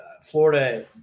Florida